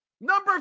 Number